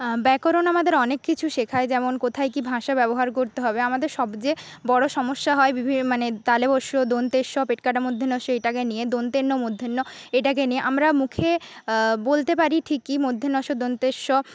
ব্যাকরণ আমাদের অনেক কিছু শেখায় যেমন কোথায় কী ভাষা ব্যবহার করেত হবে আমাদের সবচেয়ে বড়ো সমস্যা হয় বিভি মানে তালব্য শ দন্ত্য স পেট কাটা মূর্ধণ্য ষ এটাকে নিয়ে দন্ত্য ন মূর্ধন্য ণ এটাকে নিয়ে আমরা মুখে বলতে পারি ঠিকই মূর্ধণ্য ষ দন্ত্য স